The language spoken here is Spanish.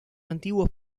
antiguos